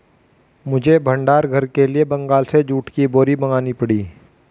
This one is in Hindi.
मुझे भंडार घर के लिए बंगाल से जूट की बोरी मंगानी पड़ी